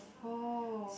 oh